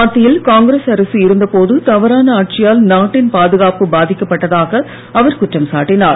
மத்தியில் காங்கிரஸ் அரசு இருந்த போது தவறான ஆட்சியால் நாட்டின் பாதுகாப்பு பாதிக்கப் பட்டதாக அவர் குற்றம் சாட்டினார்